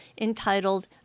entitled